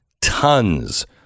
tons